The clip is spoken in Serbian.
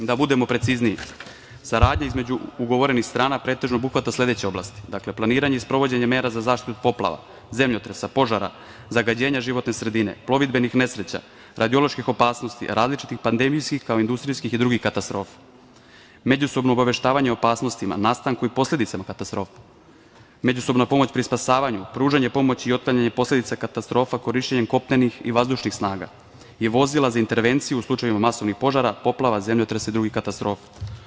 Da budemo precizniji, saradnja između ugovorenih strana pretežno obuhvata sledeće oblasti: Dakle, planiranje i sprovođenje mera za zaštitu od poplava, zemljotresa, požara, zagađenja životne sredine, plovidbenih nesreća, radioloških opasnosti, različitih pandemijskih, kao i industrijskih i drugih katastrofa, međusobno obaveštavanje o opasnostima, nastanku i posledicama katastrofe, međusobna pomoć pri spasavanju, pružanje pomoći i otklanjanje posledica katastrofa korišćenjem kopnenih i vazdušnih snaga i vozila za intervenciju u slučaju masovnih požara, poplava, zemljotresa i drugih katastrofa.